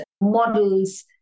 models